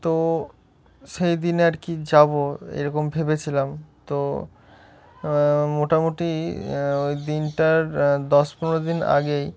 তো সেই দিন আর কি যাব এরকম ভেবেছিলাম তো মোটামুটি ওই দিনটার দশ পনেরো দিন আগেই